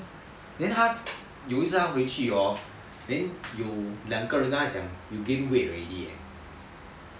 then 她有时候他回去 hor then 有两个人跟他讲 you gained weight already eh